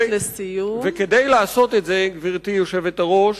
כדי לעשות את זה, גברתי היושבת-ראש,